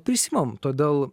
prisiimam todėl